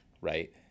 Right